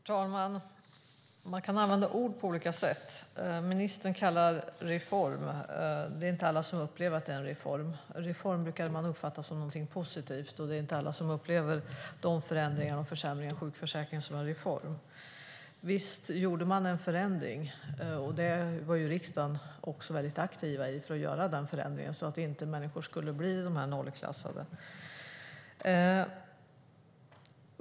Herr talman! Man kan använda ord på olika sätt. Ministern kallar det en reform. Det är inte alla som upplever att det är en reform. En reform brukar man uppfatta som någonting positivt, och det är inte alla som upplever de här förändringarna och försämringarna av sjukförsäkringen som en reform. Visst gjorde man en förändring. Även riksdagen var mycket aktiv för att göra den förändringen så att inte människor skulle bli nollklassade.